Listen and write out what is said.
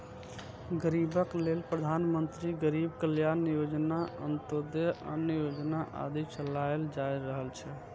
गरीबक लेल प्रधानमंत्री गरीब कल्याण योजना, अंत्योदय अन्न योजना आदि चलाएल जा रहल छै